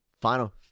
Final